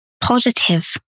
positive